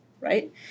right